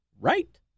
Right